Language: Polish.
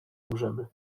umrzemy